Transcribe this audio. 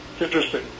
interesting